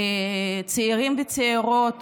צעירים וצעירות